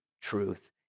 truth